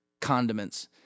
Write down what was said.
condiments